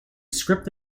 script